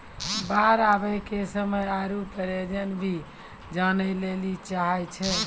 बाढ़ आवे के समय आरु परिमाण भी जाने लेली चाहेय छैय?